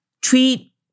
treat